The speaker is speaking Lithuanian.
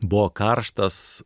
buvo karštas